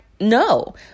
No